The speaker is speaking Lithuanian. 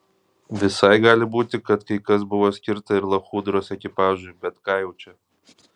visai gali būti kad kai kas buvo skirta ir lachudros ekipažui bet ką jau čia